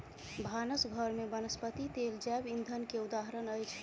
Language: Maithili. भानस घर में वनस्पति तेल जैव ईंधन के उदाहरण अछि